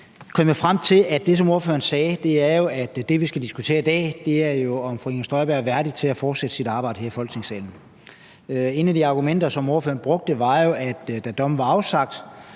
det, som ordføreren sagde, jo var, at det, vi skal diskutere i dag, er, om fru Inger Støjberg er værdig til at fortsætte sit arbejde her i Folketingssalen. Et af de argumenter, som ordføreren brugte, var jo, at da dommen blev afsagt,